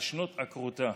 עקרותה.